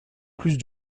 plus